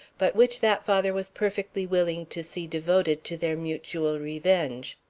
but which that father was perfectly willing to see devoted to their mutual revenge.